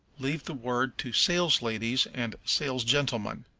leave the word to salesladies and salesgentlemen.